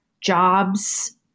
jobs